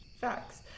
Facts